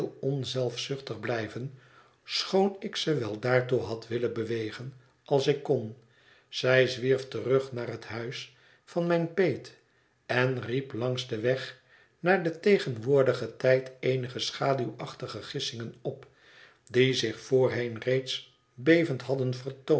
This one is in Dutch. onzelfzuchtig blijven schoon ik ze wel daartoe had willen bewegen als ik kon zij zwierf terug naar het huis van mijne peet en riep langs den weg naar den tegen woordigen tijd eenige schaduwachtige gissingen op die zich voorheen reeds bevend hadden